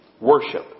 Worship